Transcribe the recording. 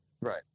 Right